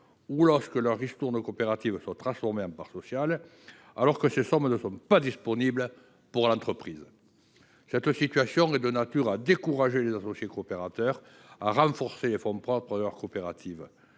ou lorsque leurs ristournes coopératives sont transformées en parts sociales –, alors que ces sommes ne sont pas disponibles pour les entreprises. Cette situation est de nature à décourager les associés coopérateurs de renforcer les fonds propres de leur coopérative.